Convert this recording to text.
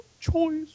choice